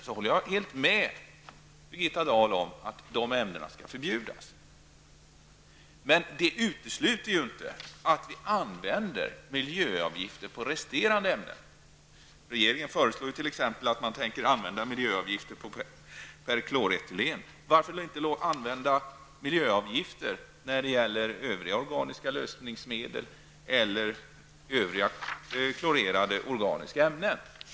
Jag håller helt med Birgitta Dahl om att dessa ämnen skall förbjudas. Det utesluter ju inte att vi använder miljöavgifter på resterande ämnen. Regeringen föreslår t.ex. att man skall använda miljöavgifter på perkloretylen. Varför inte använda miljöavgifter på övriga organiska lösningsmedel eller övriga klorerade organiska ämnen?